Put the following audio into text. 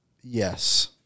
Yes